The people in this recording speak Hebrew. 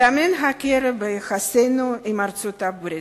הסתמן קרע ביחסינו עם ארצות-הברית,